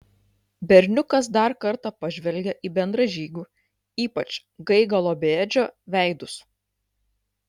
berniukas dar kartą pažvelgė į bendražygių ypač gaigalo bei edžio veidus